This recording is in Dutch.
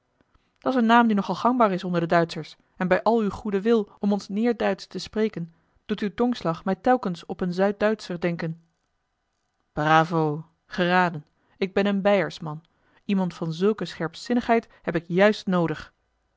dat s een naam die nogal gangbaar is onder de duitschers en bij al uw goeden wil om ons neêrduitsch te spreken doet uw tongslag mij telkens op een zuidduitscher denken bravo geraden ik ben een beiersman iemand van zulke scherpzinnigheid heb ik juist noodig